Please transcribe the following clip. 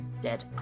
Dead